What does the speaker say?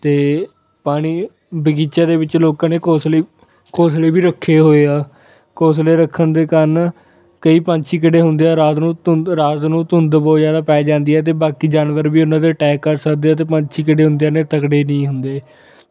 ਅਤੇ ਪਾਣੀ ਬਗੀਚੇ ਦੇ ਵਿੱਚ ਲੋਕਾਂ ਨੇ ਘੋਂਸਲੇ ਘੋਂਸਲੇ ਵੀ ਰੱਖੇ ਹੋਏ ਆ ਘੋਂਸਲੇ ਰੱਖਣ ਦੇ ਕਾਰਨ ਕਈ ਪੰਛੀ ਜਿਹੜੇ ਹੁੰਦੇ ਆ ਰਾਤ ਨੂੰ ਧੁੰਦ ਰਾਤ ਨੂੰ ਧੁੰਦ ਬਹੁਤ ਜ਼ਿਆਦਾ ਪੈ ਜਾਂਦੀ ਹੈ ਅਤੇ ਬਾਕੀ ਜਾਨਵਰ ਵੀ ਉਹਨਾਂ 'ਤੇ ਅਟੈਕ ਕਰ ਸਕਦੇ ਹੈ ਅਤੇ ਪੰਛੀ ਜਿਹੜੇ ਹੁੰਦੇ ਨੇ ਤਕੜੇ ਨਹੀਂ ਹੁੰਦੇ